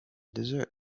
dessert